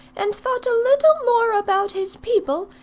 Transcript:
and thought a little more about his people,